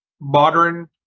modern